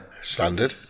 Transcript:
standard